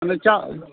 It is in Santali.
ᱢᱟᱱᱮ ᱪᱟᱜ